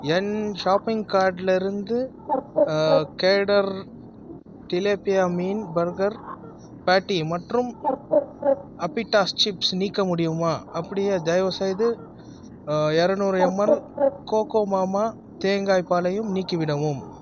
என் shopping கார்டுலருந்து கேடர் tilapia மீன் பர்கர் பெட்டி மற்றும் அப்பிடாஸ் சிப்ஸ் நீக்க முடியுமா அப்படியே தயவு செய்து இரநூறு எம்எல் கோகோமாமா தேங்காய் பாலையும் நீக்கி விடவும்